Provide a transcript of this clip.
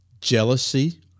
jealousy